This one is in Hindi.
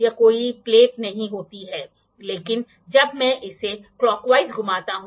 वर्नियर को हमेशा शून्य से उसी दिशा में पढ़ें जिस दिशा में आप डायल स्केल पढ़ते हैं